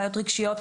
בעיות רגשיות,